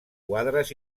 quadres